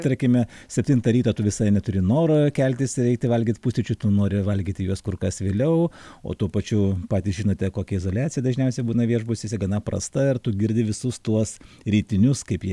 tarkime septintą ryto tu visai neturi noro keltis eiti valgyt pusryčių tu nori valgyti juos kur kas vėliau o tuo pačiu patys žinote kokia izoliacija dažniausiai būna viešbuciuose gana prasta ir tu girdi visus tuos rytinius kaip jie